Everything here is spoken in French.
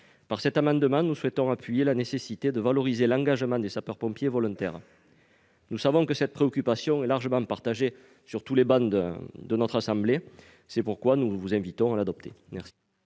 Par cet amendement, nous souhaitons appuyer l'idée qu'il est nécessaire de valoriser l'engagement des sapeurs-pompiers volontaires. Nous savons que cette préoccupation est largement partagée sur toutes les travées de notre assemblée ; nous vous invitons donc à l'adopter.